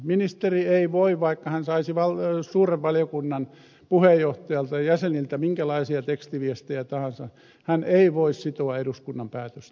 ministeri ei voi vaikka hän saisi suuren valiokunnan puheenjohtajalta ja jäseniltä minkälaisia tekstiviestejä tahansa sitoa eduskunnan päätöstä